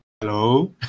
Hello